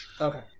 Okay